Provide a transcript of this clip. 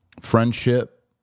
friendship